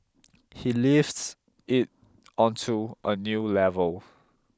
he lifts it onto a new level